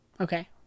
okay